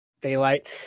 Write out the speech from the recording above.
daylight